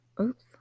oops